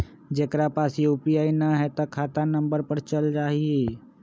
जेकरा पास यू.पी.आई न है त खाता नं पर चल जाह ई?